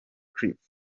cliff